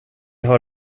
har